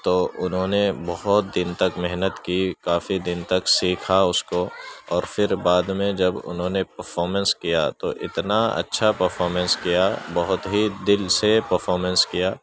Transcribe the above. تو انہوں نے بہت دن تک محنت کی کافی دن تک سیکھا اس کو اور پھر بعد میں جب انہوں نے پرفارمنس کیا تو اتنا اچھا پرفارمنس کیا بہت ہی دل سے پرفارمنس کیا